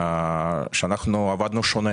שאנחנו עבדנו שונה.